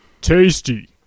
Tasty